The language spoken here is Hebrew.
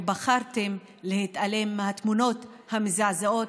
ובחרתם להתעלם מהתמונות המזעזעות,